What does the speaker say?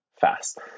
fast